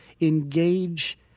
Engage